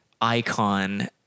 icon